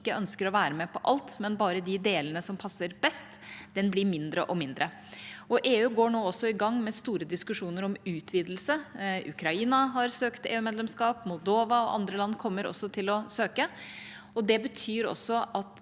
som ikke ønsker å være med på alt, men bare på de delene som passer best, blir mindre og mindre. EU går nå også i gang med store diskusjoner om utvidelse. Ukraina har søkt EU-medlemskap, Moldova og andre land kommer også til å søke. Det betyr også at